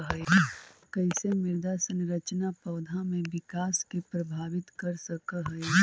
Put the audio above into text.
कईसे मृदा संरचना पौधा में विकास के प्रभावित कर सक हई?